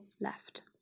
left